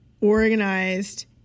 organized